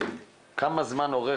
כשפונים